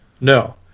No